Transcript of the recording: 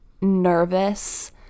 nervous